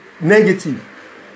negative